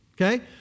okay